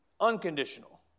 Unconditional